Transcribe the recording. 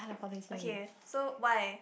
okay so why